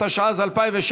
התשע"ז 2016,